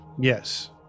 Yes